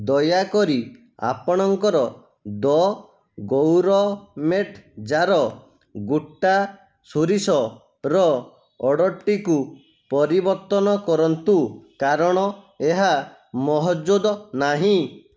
ଦୟାକରି ଆପଣଙ୍କର the gourmet jar ଗୋଟା ସୋରିଷର ଅର୍ଡ଼ର୍ଟିକୁ ପରିବର୍ତ୍ତନ କରନ୍ତୁ କାରଣ ଏହା ମହଜୁଦ ନାହିଁ